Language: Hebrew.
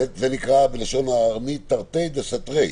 זה נקרא בלשון הארמית תרתי דסתרי.